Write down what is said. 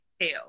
hell